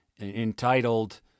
entitled